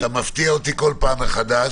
אורן, אתה מפתיע אותי בכל פעם מחדש.